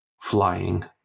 flying